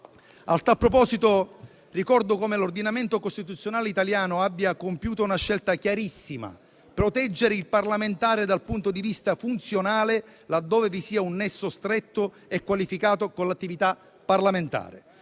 A tal proposito, ricordo come l'ordinamento costituzionale italiano abbia compiuto una scelta chiarissima: proteggere il parlamentare dal punto di vista funzionale laddove vi sia un nesso stretto e qualificato con l'attività parlamentare.